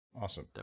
Awesome